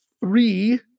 three